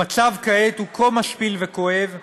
המצב כעת הוא כה משפיל, כואב ומעליב,